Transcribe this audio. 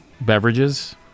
beverages